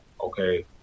Okay